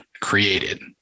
created